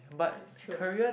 I chiong